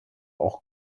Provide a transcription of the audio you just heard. auch